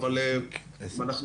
אני מנצל את זה שאתה כאן.